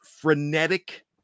frenetic